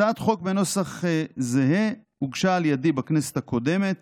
הצעת חוק בנוסח זהה הוגשה על ידי בכנסת הקודמת,